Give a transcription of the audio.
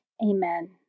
Amen